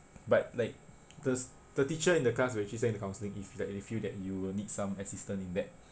but like the s~ the teacher in the class will actually send you to counselling if like they feel that you will need some assistance in that